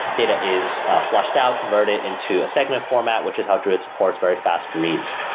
data is flushed out, converted into a segment format, which is how druid supports very fast reads.